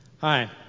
Hi